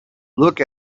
look